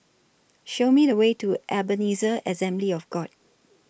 Show Me The Way to Ebenezer Assembly of God